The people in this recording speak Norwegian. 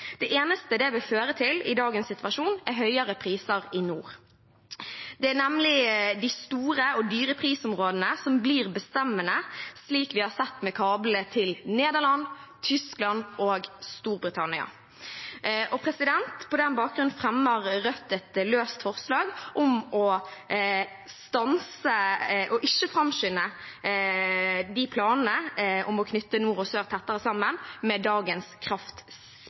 Det eneste det vil føre til i dagens situasjon, er høyere priser i nord. Det er nemlig de store og dyre prisområdene som blir bestemmende, slik vi har sett med kablene til Nederland, Tyskland og Storbritannia. På den bakgrunnen fremmer Rødt et løst forslag om å ikke framskynde planene om å knytte nord og sør tettere sammen i dagens